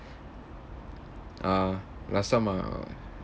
ah last time uh